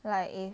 like if